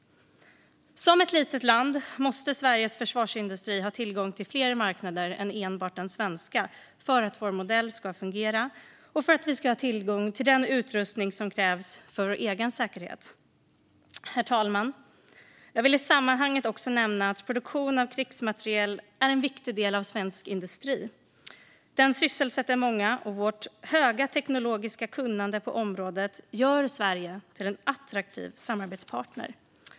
Som ett litet land måste Sverige ha en försvarsindustri med tillgång till fler marknader än enbart den svenska för att vår modell ska fungera och för att vi ska ha tillgång till den utrustning som krävs för vår egen säkerhet. Herr talman! Jag vill i sammanhanget också nämna att produktionen av krigsmateriel är en viktig del av svensk industri. Den sysselsätter många, och vårt stora teknologiska kunnande på området gör Sverige till en attraktiv samarbetspartner.